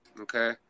okay